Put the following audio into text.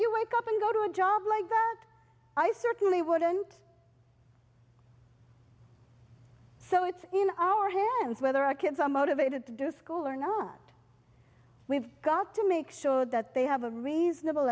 you wake up and go to a job like that i certainly wouldn't so it's in our hands whether our kids are motivated to do school or not we've got to make sure that they have a reasonable